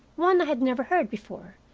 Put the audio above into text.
one i had never heard before,